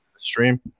stream